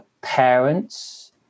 parents